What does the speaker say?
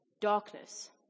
darkness